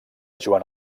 joan